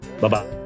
bye-bye